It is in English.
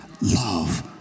Love